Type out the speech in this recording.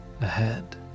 ahead